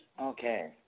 Okay